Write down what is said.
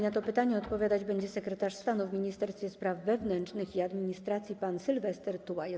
Na to pytanie odpowiadać będzie sekretarz stanu w Ministerstwie Spraw Wewnętrznych i Administracji pan Sylwester Tułajew.